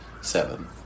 seven